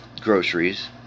groceries